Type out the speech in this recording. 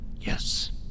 Yes